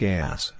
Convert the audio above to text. Gas